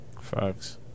facts